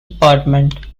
department